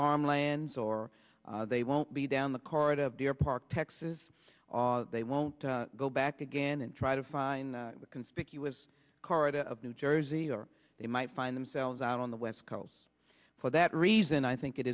farmlands or they won't be down the corridor of deer park texas they won't go back again and try to find the conspicuous corridor of new jersey or they might find themselves out on the west coast for that reason i think it